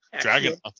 Dragon